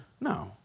No